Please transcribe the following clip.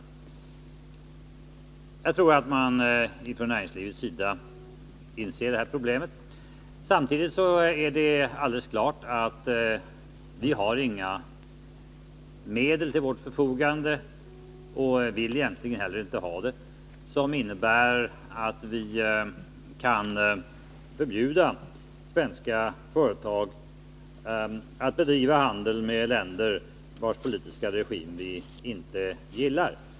Jag tror att man från näringslivets sida känner regeringens ståndpunkt. Samtidigt är det alldeles klart att vi inte har några medel till vårt förfogande, och vill egentligen inte heller ha det, som innebär att vi kan förbjuda svenska företag att bedriva handel med länder vilkas politiska regim vi inte gillar.